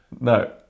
No